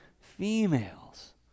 females